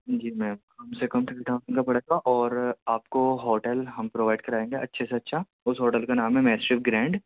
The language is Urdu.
جی میم کم سے کم تھرٹی تھاؤزینڈ کا پڑے گا اور آپ کو ہوٹل ہم پرووائڈ کرائیں گے اچھے سے اچھا اس ہوٹل کا نام ہے گرینڈ